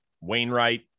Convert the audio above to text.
Wainwright